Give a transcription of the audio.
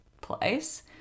place